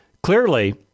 Clearly